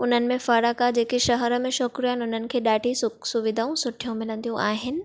उन्हनि में फ़र्क़ु आहे जेके शहरु में छोकिरियूं आहिनि उन्हनि खे ॾाढी सुख सुविधाऊं सुठियूं मिलंदियूं आहिनि